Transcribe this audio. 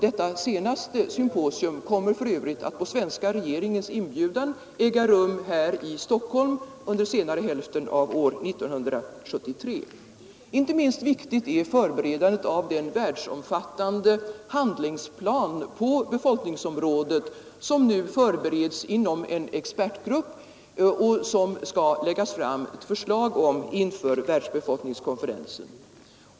Sistnämnda symposium kommer för övrigt på svenska regeringens inbjudan att äga rum här i Stockholm under senare hälften av år 1973. Inte minst viktigt är förberedandet av den världsomfattande handlingsplan på befolkningsområdet som nu förbereds inom en expertgrupp och om vilket ett förslag skall framläggas inför världsbefolkningskonferensen.